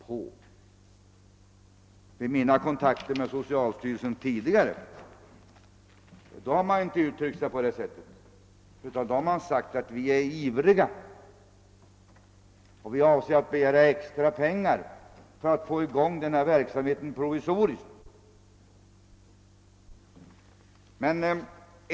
Vid mina tidigare kontakter med socialstyrelsen har man uttryckt sig så att man var ivrig i saken och att man avsåg att begära extra medel för att få i gång denna verksamhet åtminstone provisoriskt. Men nu är talet lågmält.